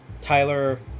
Tyler